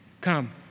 Come